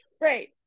great